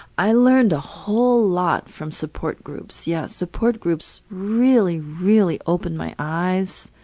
i learned a whole lot from support groups, yeah. support groups really, really opened my eyes